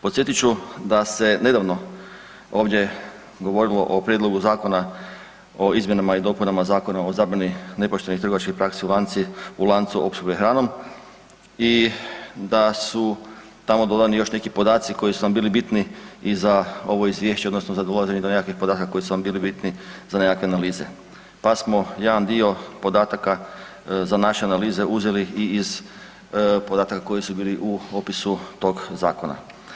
Podsjetit ću da se nedavno ovdje govorilo o Prijedlogu zakona o izmjenama i dopunama Zakona o zabrani nepoštenih trgovačkih praksi u lancu opskrbe hranom i da su tamo dodani još neki podaci koji su nam bili bitni i za ovo izvješće odnosno za dolaženje do nekakvih podataka koji su nam bili bitni za nekakve analize, pa smo jedan dio podataka za naše analize uzeli i iz podataka koji su bili u opisu tog zakona.